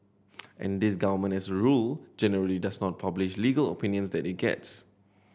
and this government as a rule generally does not publish legal opinions that it gets